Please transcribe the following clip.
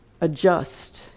adjust